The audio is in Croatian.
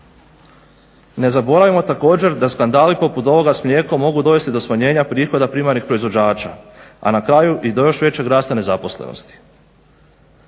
Ne zaboravimo također da skandali poput ovoga s mlijekom mogu dovesti do smanjenja prihoda primarnih proizvođača, a na kraju i do još većeg rasta nezaposlenosti.